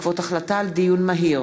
התרבות והספורט בעקבות דיון בהצעה לסדר-היום